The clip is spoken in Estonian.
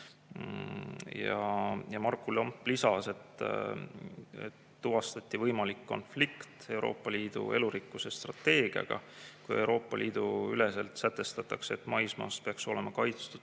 Ja Marku Lamp lisas, et tuvastati võimalik konflikt Euroopa Liidu elurikkuse strateegiaga. Euroopa Liidu üleselt sätestatakse, et maismaast peaks olema kaitstud